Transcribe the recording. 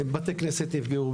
בתי כנסת נפגעו,